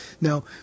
Now